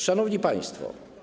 Szanowni Państwo!